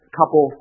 couple